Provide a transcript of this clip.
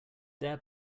there